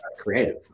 creative